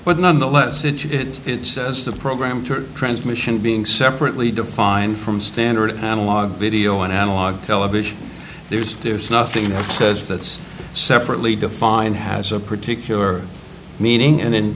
but nonetheless it you did it says the program to transmission being separately defined from standard analog video and analog television there's there's nothing that says that's separately defined has a particular meaning and